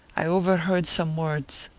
i overheard some words.